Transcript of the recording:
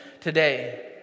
today